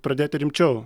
pradėti rimčiau